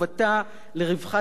לרווחת אזרחיה,